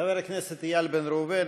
הכנסת איל בן ראובן,